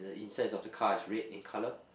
insides of the car is red in colour